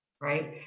right